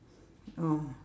oh